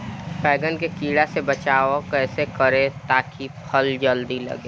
बैंगन के कीड़ा से बचाव कैसे करे ता की फल जल्दी लगे?